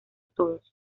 todos